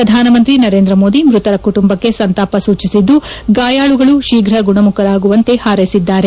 ಪ್ರಧಾನಮಂತ್ರಿ ನರೇಂದ್ರ ಮೋದಿ ಮ್ನತರ ಕುಟುಂಬಕ್ಕೆ ಸಂತಾಪ ಸೂಚಿಸಿದ್ದು ಗಾಯಾಳುಗಳು ಶೀಘ್ರ ಗುಣಮುಖರಾಗುವಂತೆ ಹಾರೈಸಿದ್ದಾರೆ